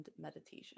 meditation